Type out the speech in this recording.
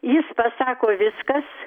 jis pasako viskas